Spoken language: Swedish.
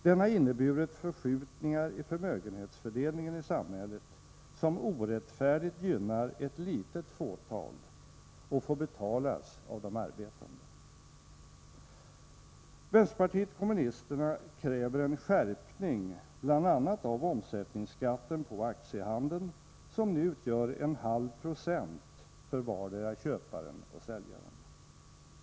Den har inneburit förskjutningar i förmögenhetsfördelningen i samhället som orättfärdigt gynnar ett litet fåtal — och får betalas av de arbetande. Vänsterpartiet kommunisterna kräver en skärpning bl.a. av omsättningsskatten på aktiehandeln, som nu utgör 0,5 20 för vardera köparen och säljaren.